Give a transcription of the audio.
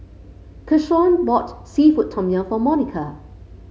Keshaun bought seafood Tom Yum for Monika